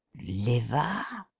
liver?